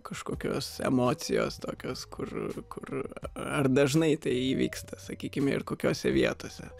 kažkokios emocijos tokios kur kur ar dažnai tai įvyksta sakykime ir kokiose vietose